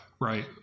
right